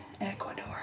Ecuador